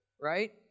right